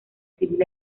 civil